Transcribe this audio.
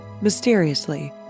mysteriously